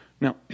Now